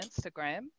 Instagram